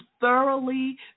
thoroughly